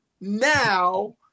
now